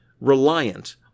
reliant